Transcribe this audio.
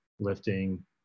lifting